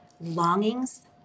longings